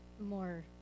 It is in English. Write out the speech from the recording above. more